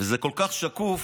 זה כל כך שקוף,